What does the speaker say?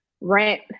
rent